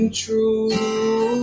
true